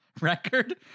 record